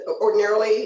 ordinarily